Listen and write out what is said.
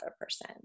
person